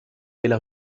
إلى